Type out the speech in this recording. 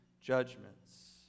judgments